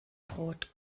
rot